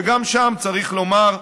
וגם שם, צריך לומר,